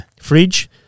Fridge